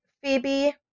Phoebe